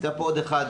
נמצא פה עוד אחד,